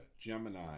Gemini